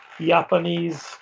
japanese